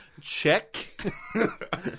Check